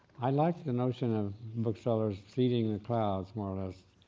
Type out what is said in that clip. i like the notion of book sellers seeding the clouds more or less,